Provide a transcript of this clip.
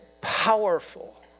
powerful